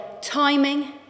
timing